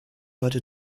heute